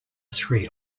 three